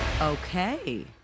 Okay